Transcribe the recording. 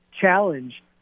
challenge